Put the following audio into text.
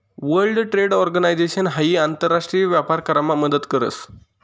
world trade organisation हाई आंतर राष्ट्रीय व्यापार करामा मदत करस